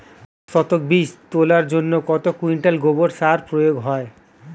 দশ শতক বীজ তলার জন্য কত কুইন্টাল গোবর সার প্রয়োগ হয়?